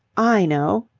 i know!